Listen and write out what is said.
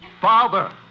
Father